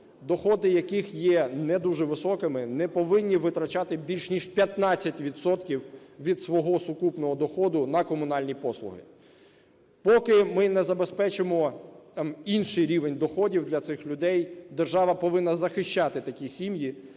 доходи яких є не дуже високими, не повинні витрачати більш ніж 15 відсотків від свого сукупного доходу на комунальні послуги. Поки ми не забезпечимо інший рівень доходів для цих людей, держава повинна захищати такі сім'ї